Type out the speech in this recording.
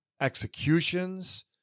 executions